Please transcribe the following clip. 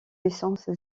licence